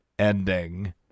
ending